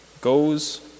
goes